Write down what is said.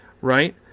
Right